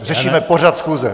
Řešíme pořad schůze!